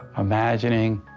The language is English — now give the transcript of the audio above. imagining,